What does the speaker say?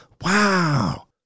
Wow